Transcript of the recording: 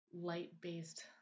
light-based